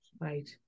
Right